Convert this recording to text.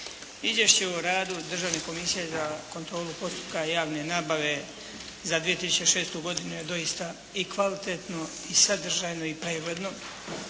Izvješće o radu Državne komisije za kontrolu postupka javne nabave za 2006. godinu je doista i kvalitetno i sadržajno i pregledno,